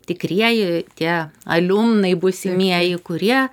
tikrieji tie aliumnai būsimieji kurie